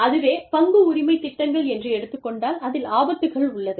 அதுவே பங்கு உரிமை திட்டங்கள் என்று எடுத்துக் கொண்டால் அதில் ஆபத்துக்கள் உள்ளது